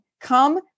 Come